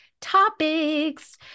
topics